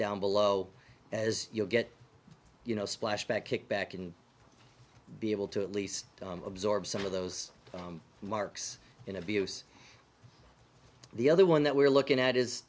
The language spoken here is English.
down below as you get you know splash back kick back and be able to at least absorb some of those marks in abuse the other one that we're looking at is